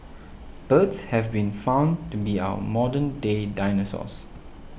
birds have been found to be our modern day dinosaurs